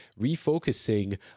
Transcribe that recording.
refocusing